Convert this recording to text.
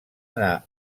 anar